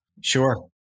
Sure